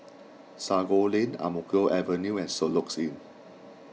Sago Lane Ang Mo Kio Avenue and Soluxe Inn